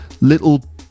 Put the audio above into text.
little